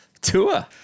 tour